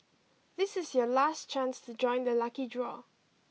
this is your last chance to join the lucky draw